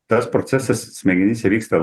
tas procesas smegenyse vyksta